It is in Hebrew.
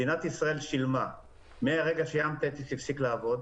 מדינת ישראל שילמה מרגע שמאגר ים תטיס הפסיק לעבוד